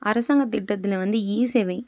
அரசாங்க திட்டத்தில் வந்து இ சேவை